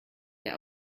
der